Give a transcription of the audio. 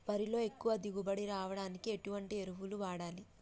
వరిలో ఎక్కువ దిగుబడి రావడానికి ఎటువంటి ఎరువులు వాడాలి?